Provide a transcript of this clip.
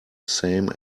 same